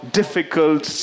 difficult